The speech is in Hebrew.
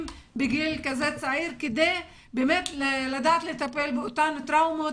בגיל כזה צעיר כדי לדעת לטפל באותן טראומות.